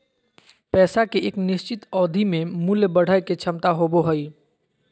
पैसा के एक निश्चित अवधि में मूल्य बढ़य के क्षमता होबो हइ